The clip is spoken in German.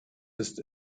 ist